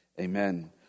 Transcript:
amen